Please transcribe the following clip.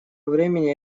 времени